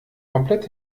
komplett